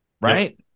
right